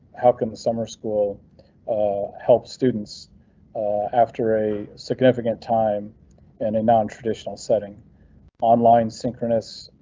how can the summer school help students after a significant time and a non traditional setting online synchronous?